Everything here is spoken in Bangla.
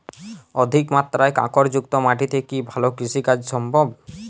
অধিকমাত্রায় কাঁকরযুক্ত মাটিতে কি ভালো কৃষিকাজ সম্ভব?